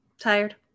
Tired